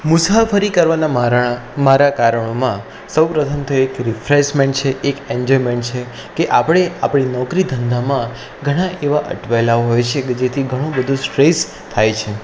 મુસાફરી કરવાના મારા મારા કારણોમાં સૌપ્રથમ તો એક રિફ્રેશમેંટ છે એક ઇંજોયમેંટ છે કે આપણે આપણી નોકરી ધંધામાં ઘણા એવા અટવાએલા હોઈ છીએ કે જેથી ઘણો બધો સ્ટ્રેસ થાય છે